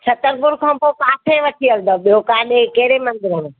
छतरपुर खां पोइ किथे वठी हलदव ॿियो काॾे कहिड़े मंदिर